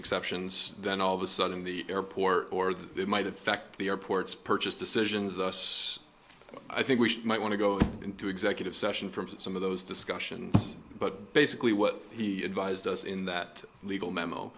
exceptions then all the sudden the airport or that might affect the airports purchase decisions thus i think we might want to go into executive session from some of those discussions but basically what he advised us in that legal memo